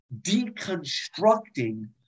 deconstructing